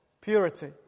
purity